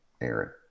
Aaron